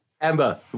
Amber